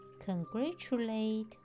congratulate